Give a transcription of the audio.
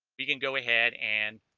we can go ahead and